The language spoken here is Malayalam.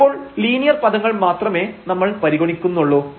ഇപ്പോൾ ലീനിയർ പദങ്ങൾ മാത്രമേ നമ്മൾ പരിഗണിക്കുന്നുള്ളൂ